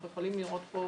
אנחנו יכולים לראות פה